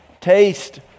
Taste